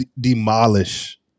demolish